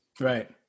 Right